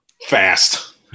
Fast